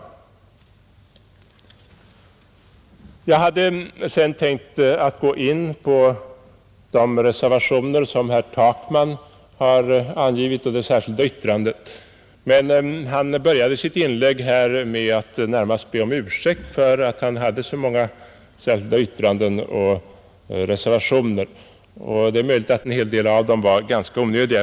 Sedan hade jag tänkt att gå in på de reservationer och särskilda yttranden som herr Takman har avgivit till utskottets betänkande, men herr Takman började sitt anförande här med att närmast be om ursäkt för att han hade avgivit så många reservationer och särskilda yttranden. Det är också möjligt att en del av dem är ganska onödiga.